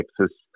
Texas